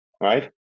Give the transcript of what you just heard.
right